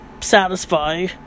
satisfy